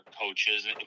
coaches